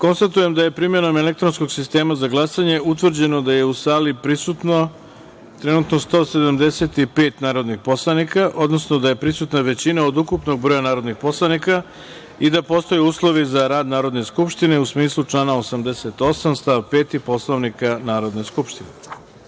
glasanje. Konstatujem da je, primenom elektronskog sistema za glasanje, utvrđeno da je u sali prisutno trenutno 175 narodnih poslanika, odnosno da je prisutna većina od ukupnog broja narodnih poslanika i da postoje uslovi za rad Narodne skupštine, u smislu člana 88. stav 5. Poslovnika Narodne skupštine. Da